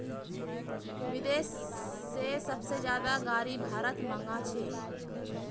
विदेश से सबसे ज्यादा गाडी भारत मंगा छे